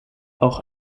auch